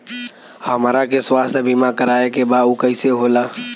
हमरा के स्वास्थ्य बीमा कराए के बा उ कईसे होला?